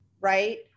right